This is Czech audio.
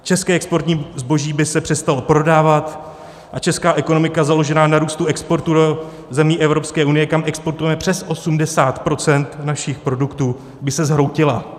České exportní zboží by se přestalo prodávat a česká ekonomika založená na růstu exportu do zemí Evropské unie, kam exportujeme přes 80 % našich produktů, by se zhroutila.